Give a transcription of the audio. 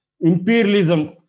imperialism